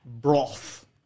broth